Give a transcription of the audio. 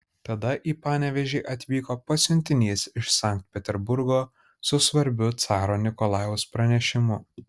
tada į panevėžį atvyko pasiuntinys iš sankt peterburgo su svarbiu caro nikolajaus pranešimu